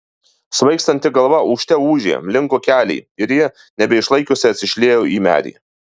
svaigstanti galva ūžte ūžė linko keliai ir ji nebeišlaikiusi atsišliejo į medį